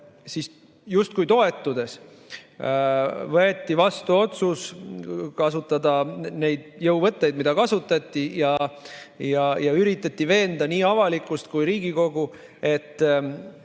toetudes võeti vastu otsus kasutada neid jõuvõtteid, mida kasutati, ja üritati veenda nii avalikkust kui ka Riigikogu, et